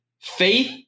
Faith